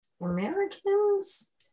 Americans